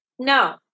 No